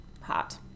hot